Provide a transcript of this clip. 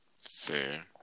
Fair